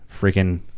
freaking